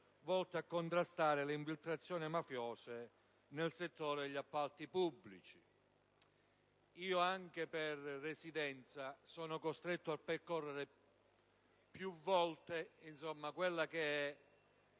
volte a contrastare le infiltrazioni mafiose nel settore degli appalti pubblici. Per questioni di residenza sono costretto a percorrere più volte